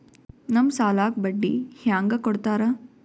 ನಮ್ ಸಾಲಕ್ ಬಡ್ಡಿ ಹ್ಯಾಂಗ ಕೊಡ್ತಾರ?